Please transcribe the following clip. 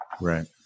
Right